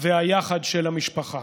והיחד של משפחה,